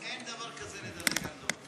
אין דבר כזה לדלג על דב.